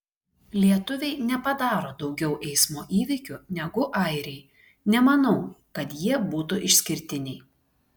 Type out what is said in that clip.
lietuviai nepadaro daugiau eismo įvykių negu airiai nemanau kad jie būtų išskirtiniai